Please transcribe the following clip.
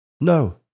No